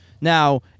Now